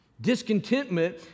Discontentment